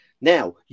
Now